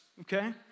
okay